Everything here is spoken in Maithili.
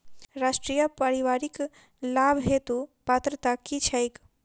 राष्ट्रीय परिवारिक लाभ हेतु पात्रता की छैक